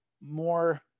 more